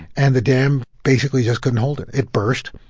and the dam, basically, just couldn't hold it. it burst,